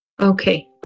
Okay